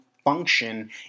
function